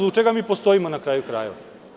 Zbog čega mi postoji, na kraju krajeva?